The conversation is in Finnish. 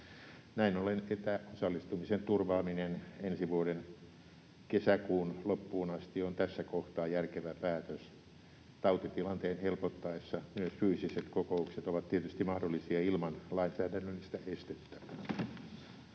Näin ollen etäosallistumisen turvaaminen ensi vuoden kesäkuun loppuun asti on tässä kohtaa järkevä päätös. Tautitilanteen helpottaessa myös fyysiset kokoukset ovat tietysti mahdollisia ilman lainsäädännöllistä estettä.